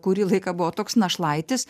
kurį laiką buvo toks našlaitis